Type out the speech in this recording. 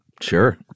Sure